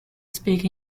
speak